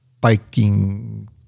biking